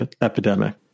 epidemic